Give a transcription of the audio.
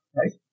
right